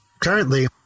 currently